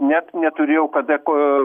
net neturėjau kada ko